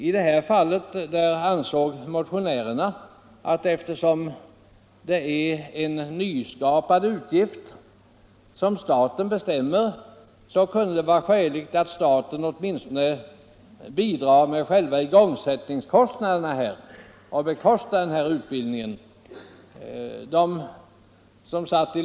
Eftersom det i det här fallet rör sig om en nyskapad utgift, som staten bestämmer, ansåg motionärerna att det kunde vara skäligt att staten åt minstone bidrar med själva igångsättningskostnaderna och betalar ut . bildningen.